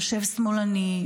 יושב שמאלני,